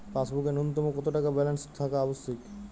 পাসবুকে ন্যুনতম কত টাকা ব্যালেন্স থাকা আবশ্যিক?